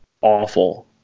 awful